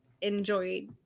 enjoy